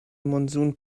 monsoon